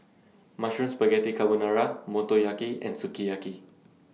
Mushroom Spaghetti Carbonara Motoyaki and Sukiyaki